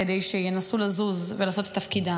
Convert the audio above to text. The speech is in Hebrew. כדי שינסו לזוז ולעשות את תפקידם.